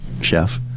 Chef